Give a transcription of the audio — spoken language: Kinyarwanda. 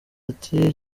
ati